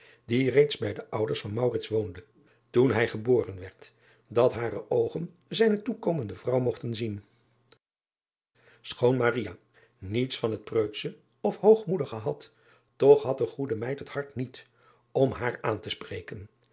die reeds bij de ouders van woonde toen hij geboren werd dat hare oogen zijne toekomende vrouw mogten zien choon niets van het preutsche of hoogmoedige had toch had de goede meid het hart niet om haar aan te spreken